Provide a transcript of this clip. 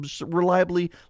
reliably